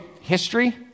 history